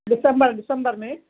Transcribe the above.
डिसंबर डिसंबर में